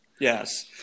Yes